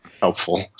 Helpful